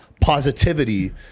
positivity